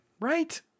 Right